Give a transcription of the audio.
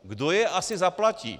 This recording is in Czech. Kdo je asi zaplatí?